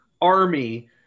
army